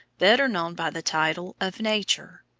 better known by the title of nature.